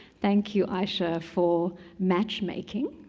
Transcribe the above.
thank you ayesha for matchmaking,